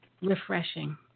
refreshing